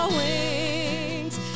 wings